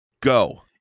Go